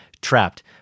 trapped